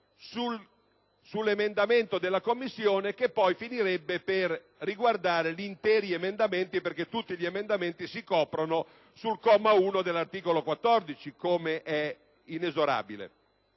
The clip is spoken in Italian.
sull'emendamento della Commissione che poi finirebbe per riguardare interi emendamenti, perché tutti si coprono sul comma 1 dell'articolo 14, come è inesorabile.